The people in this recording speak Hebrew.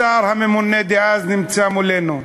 השר הממונה דאז נמצא מולנו,